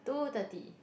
two thirty